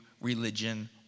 religion